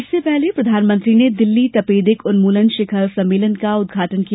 इससे पहले प्रधानमंत्री ने दिल्ली तपेदिक उन्मूलन शिखर सम्मेलन का उद्घाटन किया